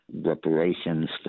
reparations